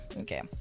Okay